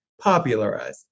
popularized